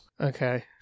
Okay